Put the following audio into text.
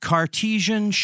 Cartesian